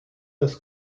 das